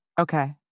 Okay